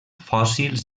fòssils